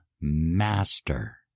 master